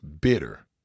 Bitter